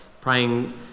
praying